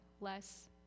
less